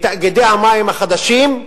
בתאגידי המים החדשים,